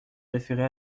référer